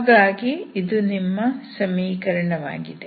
ಹಾಗಾಗಿ ಇದು ನಿಮ್ಮ ಸಮೀಕರಣವಾಗಿದೆ